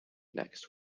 next